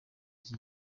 iki